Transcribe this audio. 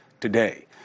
today